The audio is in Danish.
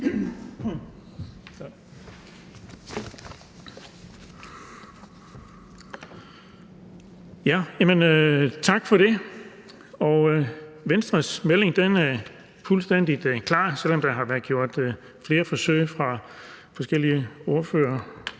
Tak for det. Venstres melding er fuldstændig klar, selv om der har været gjort flere forsøg fra forskellige ordføreres